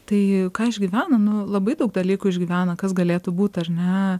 tai ką išgyvena nu labai daug dalykų išgyvena kas galėtų būt ar ne